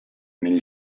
negli